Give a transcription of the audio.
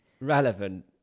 relevant